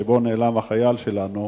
שבו נעלם החייל שלנו,